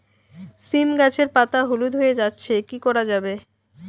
সীম গাছের পাতা হলুদ হয়ে যাচ্ছে কি করা যাবে?